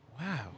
Wow